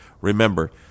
Remember